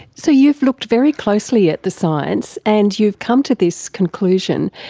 so you've looked very closely at the science, and you've come to this conclusion.